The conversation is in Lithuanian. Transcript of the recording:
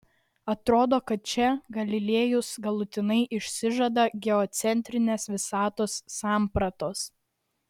atrodo kad čia galilėjus galutinai išsižada geocentrinės visatos sampratos